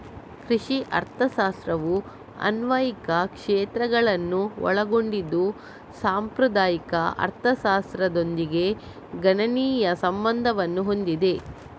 ಕೃಷಿ ಅರ್ಥಶಾಸ್ತ್ರವು ಅನ್ವಯಿಕ ಕ್ಷೇತ್ರಗಳನ್ನು ಒಳಗೊಂಡಿದ್ದು ಸಾಂಪ್ರದಾಯಿಕ ಅರ್ಥಶಾಸ್ತ್ರದೊಂದಿಗೆ ಗಣನೀಯ ಸಂಬಂಧವನ್ನು ಹೊಂದಿದೆ